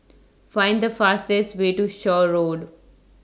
Find The fastest Way to Shaw Road